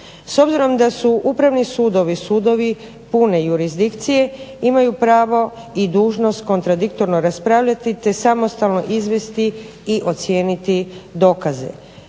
S obzirom da su upravni sudovi, sudovi pune jurisdikcije imaju pravo i dužnost kontradiktorno raspravljati te samostalno izvesti i ocijeniti dokaze